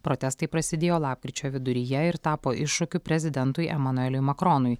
protestai prasidėjo lapkričio viduryje ir tapo iššūkiu prezidentui emanueliui makronui